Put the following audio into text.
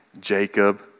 Jacob